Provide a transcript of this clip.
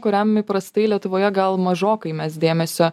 kuriam įprastai lietuvoje gal mažokai mes dėmesio